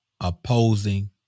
opposing